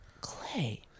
Clay